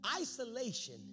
Isolation